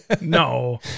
no